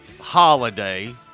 holiday